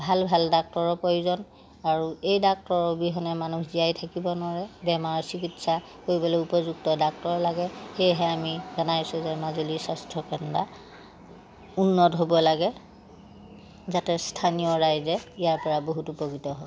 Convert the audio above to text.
ভাল ভাল ডাক্তৰৰ প্ৰয়োজন আৰু এই ডাক্তৰৰ অবিহনে মানুহ জীয়াই থাকিব নোৱাৰে বেমাৰ চিকিৎসা কৰিবলৈ উপযুক্ত ডাক্তৰ লাগে সেয়েহে আমি জনাইছোঁ যে মাজুলীৰ স্বাস্থ্যকেন্দ্ৰ উন্নত হ'ব লাগে যাতে স্থানীয় ৰাইজে ইয়াৰ পৰা বহুত উপকৃত হয়